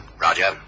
Roger